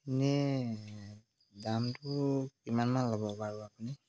এনেই দামটো কিমানমান ল'ব বাৰু আপুনি